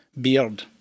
Beard